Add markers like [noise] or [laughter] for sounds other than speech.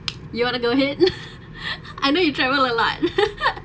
you want to go ahead [laughs] I knew you travel a lot [laughs]